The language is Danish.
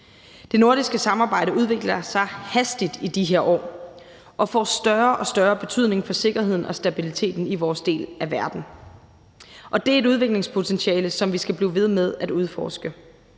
Det nordiske samarbejde udvikler sig hastigt i de her år og får større og større betydning for sikkerheden og stabiliteten i vores del af verden. Det er et udviklingspotentiale, som vi skal blive ved med at udforske.